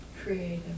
Creative